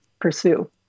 pursue